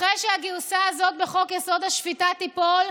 אחרי שהגרסה הזאת בחוק-יסוד: השפיטה תיפול,